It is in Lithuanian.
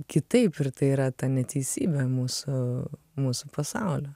kitaip ir tai yra ta neteisybė mūsų mūsų pasaulio